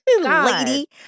Lady